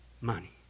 money